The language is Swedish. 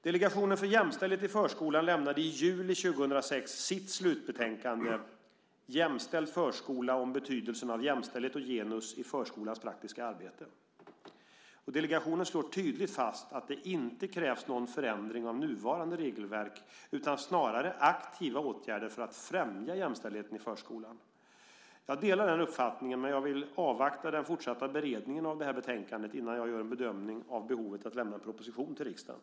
Delegationen för jämställdhet i förskolan lämnade i juli 2006 sitt slutbetänkande Jämställd förskola - om betydelsen av jämställdhet och genus i förskolans praktiska arbete. Delegationen slår tydligt fast att det inte krävs någon förändring av nuvarande regelverk utan snarare aktiva åtgärder för att främja jämställdheten i förskolan. Jag delar denna uppfattning, men jag vill avvakta den fortsatta beredningen av betänkandet innan jag gör en bedömning av behovet att lämna en proposition till riksdagen.